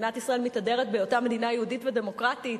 מדינת ישראל מתהדרת בהיותה מדינה יהודית ודמוקרטית,